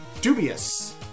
dubious